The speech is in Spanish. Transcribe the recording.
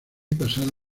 pasada